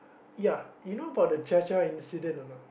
ya you know about the cha-cha incident or not